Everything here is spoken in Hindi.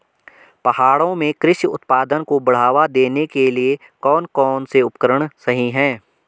पहाड़ों में कृषि उत्पादन को बढ़ावा देने के लिए कौन कौन से उपकरण सही हैं?